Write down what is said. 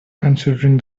considering